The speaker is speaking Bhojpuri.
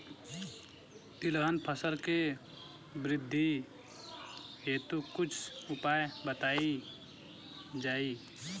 तिलहन फसल के वृद्धी हेतु कुछ उपाय बताई जाई?